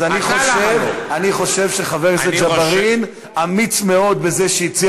אז אני חושב שחבר הכנסת ג'בארין אמיץ מאוד בזה שהציע